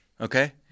okay